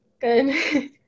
Good